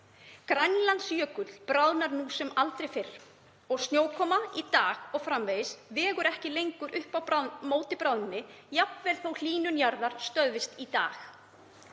Grænlandsjökull bráðnar nú sem aldrei fyrr og snjókoma í dag og framvegis vegur ekki lengur upp á móti bráðnuninni, jafnvel þótt hlýnun jarðar stöðvist í dag.